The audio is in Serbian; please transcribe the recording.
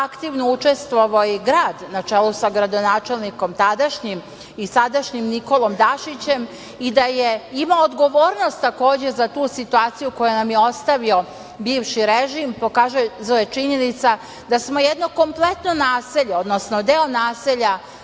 aktivno učestvovao i grad na čelu sa tadašnjim gradonačelnikom i sadašnjim Nikolom Dašićem i da je imao takođe odgovornost takođe za tu situaciju, koju nam je ostavio bivši režim, pokazuje činjenica da smo jedno kompletno naselje, odnosno deo naselja